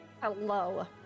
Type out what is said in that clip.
Hello